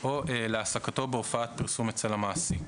להעסקתו בהופעת פרסום אצל המעסיק